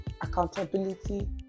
accountability